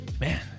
Man